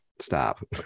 stop